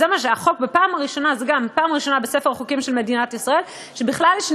זו הפעם הראשונה שבכלל יש בספר החוקים של מדינת ישראל ניסיון